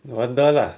no wonder lah